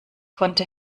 konnte